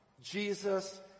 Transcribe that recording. Jesus